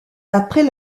après